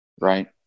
Right